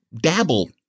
dabble